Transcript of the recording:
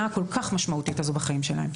הכול כך משמעותית הזאת בחיים שלהם.